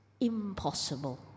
impossible